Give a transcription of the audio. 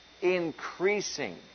increasing